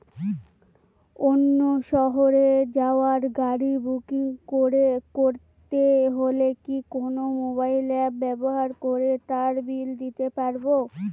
অন্য শহরে যাওয়ার গাড়ী বুকিং করতে হলে কি কোনো মোবাইল অ্যাপ ব্যবহার করে তার বিল দিতে পারব?